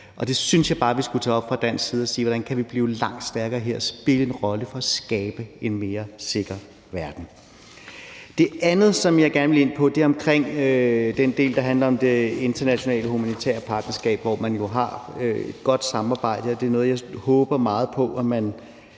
Og det synes jeg bare vi skulle tage op fra dansk side og sige: Hvordan kan vi blive langt stærkere her og spille en rolle for at skabe en mere sikker verden? Det andet, som jeg gerne vil ind på, er omkring den del, der handler om det internationale humanitære partnerskab, hvor man jo har et godt samarbejde. Det er noget, jeg meget håber på man